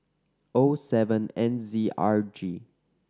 O seven N Z R G